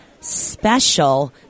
special